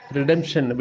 Redemption